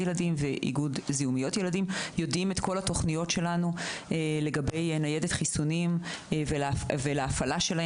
הילדים יודעים את כל התוכניות שלנו לגבי ניידת חיסונים וההפעלה שלה.